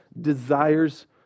desires